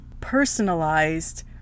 personalized